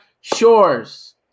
Shores